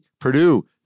Purdue